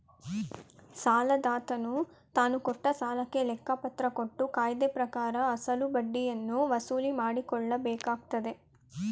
ಸಾಲದಾತನು ತಾನುಕೊಟ್ಟ ಸಾಲಕ್ಕೆ ಲೆಕ್ಕಪತ್ರ ಕೊಟ್ಟು ಕಾಯ್ದೆಪ್ರಕಾರ ಅಸಲು ಬಡ್ಡಿಯನ್ನು ವಸೂಲಿಮಾಡಕೊಳ್ಳಬೇಕಾಗತ್ತದೆ